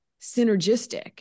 synergistic